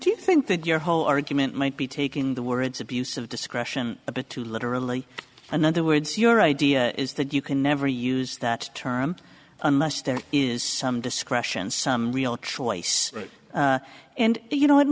cardew you think that your whole argument might be taking the words abuse of discretion a bit too literally another words your idea is that you can never use that term unless there is some discretion some real choice and you know it